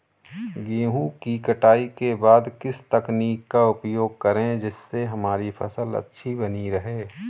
गेहूँ की कटाई के बाद किस तकनीक का उपयोग करें जिससे हमारी फसल अच्छी बनी रहे?